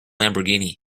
lamborghini